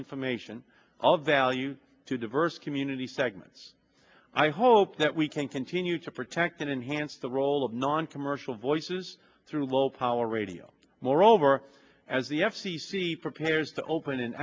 information of value to diverse community segments i hope that we can continue to protect and enhance the role of noncommercial voices through low power radio moreover as the f c c prepares to open an